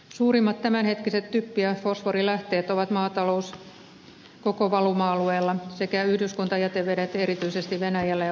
suurimmat tämänhetkiset typpi ja fosforilähteet ovat maatalous koko valuma alueella sekä yhdyskuntajätevedet erityisesti venäjällä ja puolassa